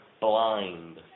blind